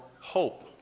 hope